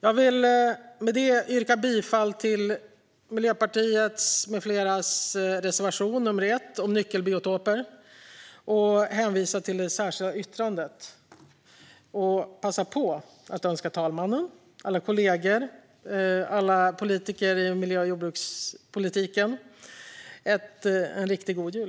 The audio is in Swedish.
Jag vill med detta yrka bifall till Miljöpartiets med fleras reservation nr 1 om nyckelbiotoper och hänvisa till det särskilda yttrandet. Jag vill också passa på att önska talmannen, alla kollegor och alla politiker i miljö och jordbrukspolitiken en riktigt god jul.